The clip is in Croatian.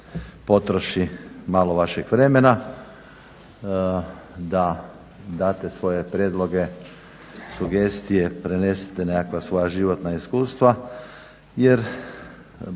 potroši malo vašeg vremena, da date svoje prijedloge, sugestije, prenesete neka svoja životna iskustva jer